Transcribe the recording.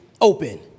open